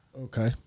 Okay